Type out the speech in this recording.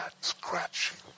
scratching